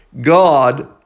God